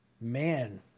man